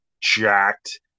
jacked